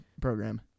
program